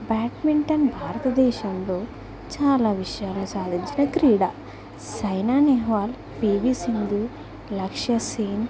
badminton భారతదేశంలో చాలా విజయాలు సాధించిన క్రీడా సైనా నెహవాల్ పీవీ సింధు లక్ష్య సేన్